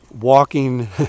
walking